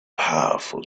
powerful